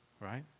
right